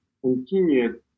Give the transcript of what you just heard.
continued